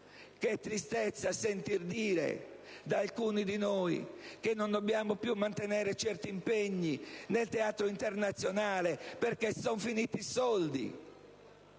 che tristezza sentir dire da alcuni di noi che non dobbiamo più mantenere certi impegni nel teatro internazionale perché sono finiti i soldi;